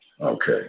Okay